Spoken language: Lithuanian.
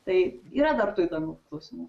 tai yra dar tų įdomių klausimų